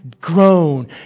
grown